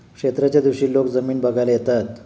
क्षेत्राच्या दिवशी लोक जमीन बघायला येतात